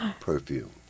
perfume